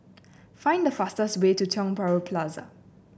find the fastest way to Tiong Bahru Plaza